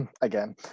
again